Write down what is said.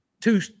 two